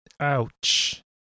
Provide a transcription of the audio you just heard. ouch